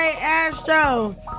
Astro